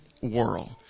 world